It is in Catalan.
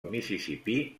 mississipí